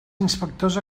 inspectors